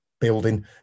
building